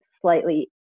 slightly